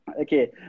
Okay